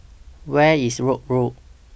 Where IS Road